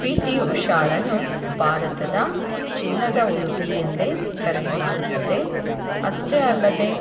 P T ಉಷಾಳನ್ನು ಭಾರತದ ಚಿನ್ನದ ಹುಡುಗಿ ಎಂದೇ ಕರೆಯಲಾಗುತ್ತದೆ ಅಷ್ಟೇ ಅಲ್ಲದೆ